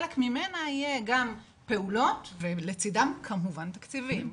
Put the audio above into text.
חלק ממנה יהיו גם פעולות ולצידן כמובן תקציבים.